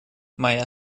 моя